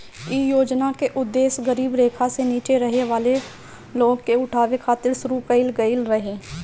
इ योजना के उद्देश गरीबी रेखा से नीचे रहे वाला लोग के उठावे खातिर शुरू कईल गईल रहे